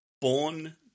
Born